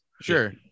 Sure